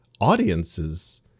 audiences